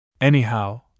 Anyhow